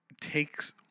takes